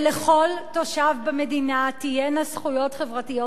שלכל תושב במדינה תהיינה זכויות חברתיות